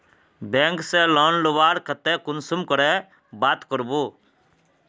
Bank से loan लुबार केते कुंसम करे बात करबो?